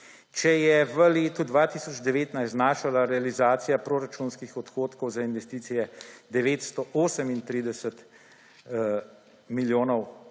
Če je v letu 2019 znašala realizacija proračunskih odhodkov za investicije 938 milijonov